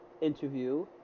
interview